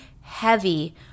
heavy